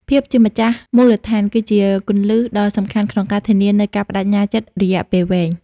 ភាពជាម្ចាស់មូលដ្ឋាន គឺជាគន្លឹះដ៏សំខាន់ក្នុងការធានានូវការប្ដេជ្ញាចិត្តរយៈពេលវែង។